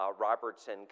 Robertson